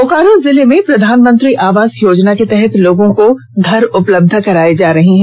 बोकारो जिले में प्रधानमंत्री आवास योजना के तहत लोगों को घर उपलब्य कराए जा रहे हैं